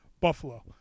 Buffalo